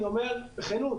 אני אומר בכנות,